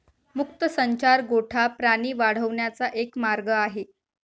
मुक्त संचार गोठा प्राणी वाढवण्याचा एक मार्ग आहे